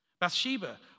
Bathsheba